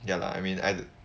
ya lah I mean I don't